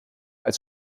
als